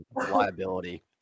liability